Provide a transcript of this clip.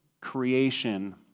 creation